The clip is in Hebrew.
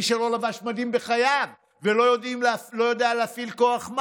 למי שלא לבש מדים בחייו ולא יודע מה זה להפעיל כוח.